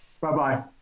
Bye-bye